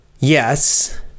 Yes